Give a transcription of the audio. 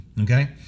Okay